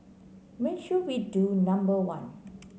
make sure we do number one